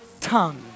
tongue